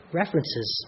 references